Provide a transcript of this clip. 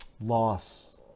loss